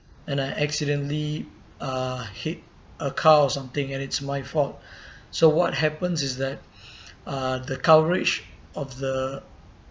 and I accidentally uh hit a car or something and it's my fault so what happens is that uh the coverage of the